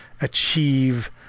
achieve